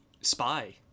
spy